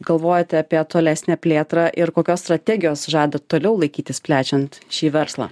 galvojate apie tolesnę plėtrą ir kokios strategijos žadat toliau laikytis plečiant šį verslą